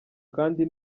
kandi